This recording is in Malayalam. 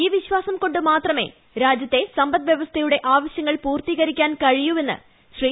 ഈ വിശ്വാസം കൊണ്ടു മാത്രമേ രാജ്യത്തെ സമ്പദ്വ്യവസ്ഥയുടെ ആവശ്യങ്ങൾ പൂർത്തികരിക്കാൻ കഴിയുക്കുന്ന് ശ്രീ